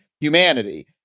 humanity